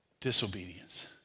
disobedience